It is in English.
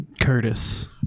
Curtis